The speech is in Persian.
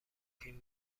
فیلم